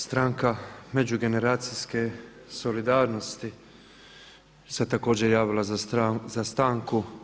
Stranka međugeneracijske solidarnosti se također javila za stanku.